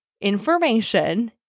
information